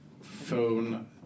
phone